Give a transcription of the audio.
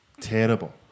terrible